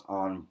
on